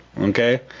okay